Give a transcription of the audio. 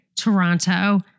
Toronto